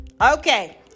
Okay